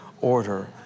order